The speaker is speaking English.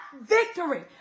victory